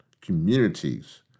communities